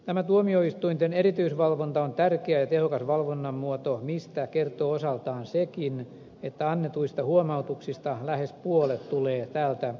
tämä tuomioistuinten erityisvalvonta on tärkeä ja tehokas valvonnan muoto mistä kertoo osaltaan sekin että annetuista huomautuksista lähes puolet tulee tältä sektorilta